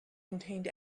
contained